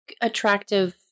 attractive